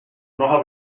mnoha